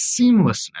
seamlessness